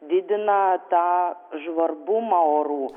didina tą žvarbumą orų